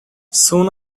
soon